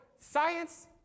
science